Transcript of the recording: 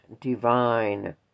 divine